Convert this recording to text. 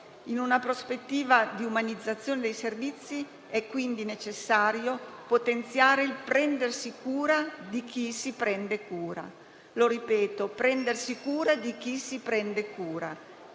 In una prospettiva di umanizzazione dei servizi è quindi necessario potenziare il prendersi cura di chi si prende cura (lo ripeto: prendersi cura di chi si prende cura),